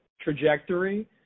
trajectory